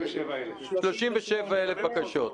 37,000 בקשות.